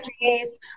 face